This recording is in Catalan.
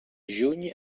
juny